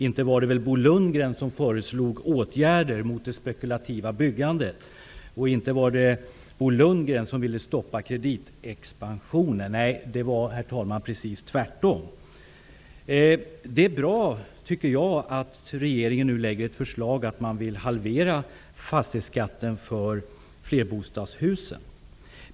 Inte var det väl Bo Lundgren som föreslog åtgärder mot det spekulativa byggandet? Inte var det Bo Lundgren som ville stoppa kreditexpansionen? Nej, herr talman, det var precis tvärtom. Det är bra, tycker jag, att regeringen nu lägger fram förslag om en halvering av fastighetsskatten för flerbostadshusen.